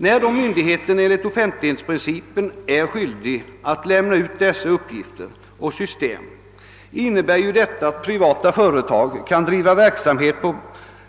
När myndigheterna enligt offentlighetsprincipen är skyldiga att lämna ut dylika uppgifter och system kan alltså privata företag driva verksamhet på